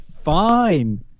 fine